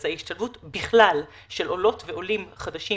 זו ההשתלבות בכלל של עולות ועולים חדשים